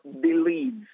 believes